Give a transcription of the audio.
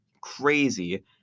crazy